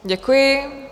Děkuji.